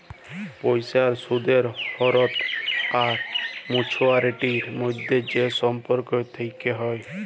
পয়সার সুদের হ্য়র আর মাছুয়ারিটির মধ্যে যে সম্পর্ক থেক্যে হ্যয়